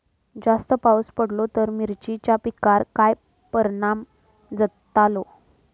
जास्त पाऊस पडलो तर मिरचीच्या पिकार काय परणाम जतालो?